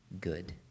good